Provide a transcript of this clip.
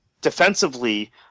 defensively